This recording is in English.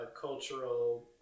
cultural